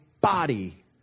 body